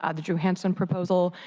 ah the johansen proposal,